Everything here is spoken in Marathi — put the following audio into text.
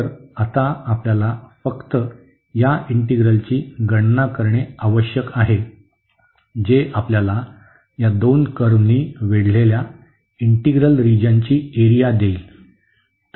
तर आता आपल्याला फक्त या इंटिग्रलची गणना करणे आवश्यक आहे जे आपल्याला या दोन कर्व्हनी वेढलेल्या इंटिग्रल रिजनची एरिया देईल